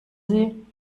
sie